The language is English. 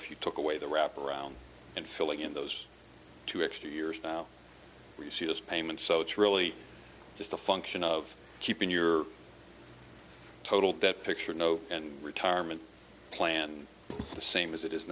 if you took away the wraparound and filling in those two extra years you see this payment so it's really just a function of keeping your total debt picture no and retirement plan the same as it is